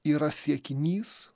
yra siekinys